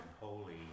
holy